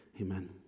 Amen